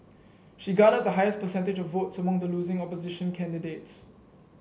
she garnered the highest percentage of votes among the losing opposition candidates